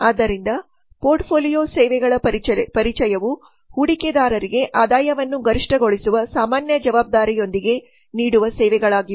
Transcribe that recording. ಆದ್ದರಿಂದ ಪೋರ್ಟ್ಫೋಲಿಯೋ ಸೇವೆಗಳ ಪರಿಚಯವು ಹೂಡಿಕೆದಾರರಿಗೆ ಆದಾಯವನ್ನು ಗರಿಷ್ಠಗೊಳಿಸುವ ಸಾಮಾನ್ಯ ಜವಾಬ್ದಾರಿಯೊಂದಿಗೆ ನೀಡುವ ಸೇವೆಗಳಾಗಿವೆ